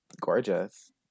gorgeous